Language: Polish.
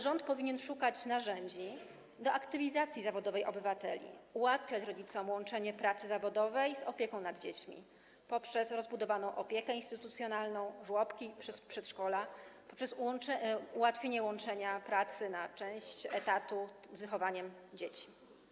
Rząd powinien szukać narzędzi do aktywizacji zawodowej obywateli, ułatwiać rodzicom łączenie pracy zawodowej z opieką nad dziećmi poprzez rozbudowaną opiekę instytucjonalną, żłobki, przedszkola, poprzez ułatwienie łączenia pracy na część etatu z wychowaniem dzieci.